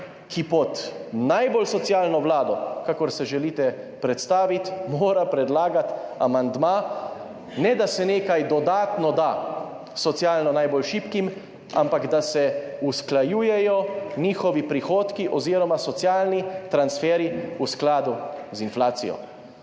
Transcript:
ki pod najbolj socialno vlado, kakor se želite predstaviti, predlagati amandma, ne, da se nekaj dodatno da socialno najbolj šibkim, ampak da se usklajujejo njihovi prihodki oziroma socialni transferji v skladu z inflacijo.